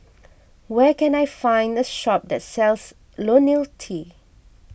where can I find a shop that sells Ionil T